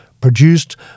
produced